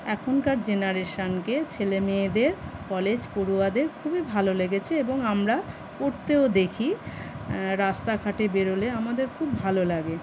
এখনকার জেনারেশানকে ছেলে মেয়েদের কলেজ পড়ুয়াদের খুবই ভালো লেগেছে এবং আমরা পরতেও দেখি রাস্তাঘাটে বেরোলে আমাদের খুব ভালো লাগে